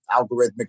algorithmic